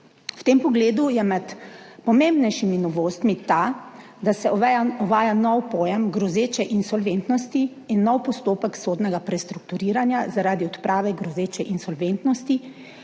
V tem pogledu je med pomembnejšimi novostmi ta, da se uvaja nov pojem grozeče insolventnosti in nov postopek sodnega prestrukturiranja zaradi odprave grozeče insolventnosti,